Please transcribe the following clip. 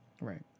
Right